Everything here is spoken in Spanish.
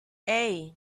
hey